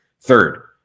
Third